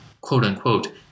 quote-unquote